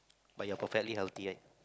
but you're perfectly healthy right